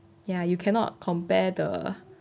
ya you cannot compare the